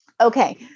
Okay